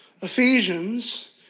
Ephesians